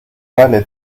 vale